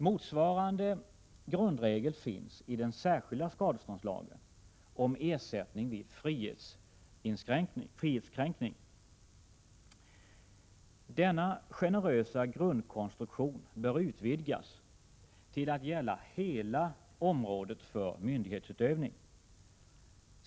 Motsvarande grundregel finns i den särskilda skadeståndslagen om ersättning vid frihetskränkning. Denna generösa grundkonstruktion bör utvidgas till att gälla hela området för myndighetsutövning.